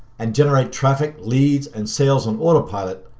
and generate traffic, leads, and sales on autopilot,